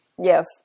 Yes